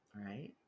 right